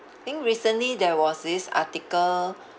I think recently there was this article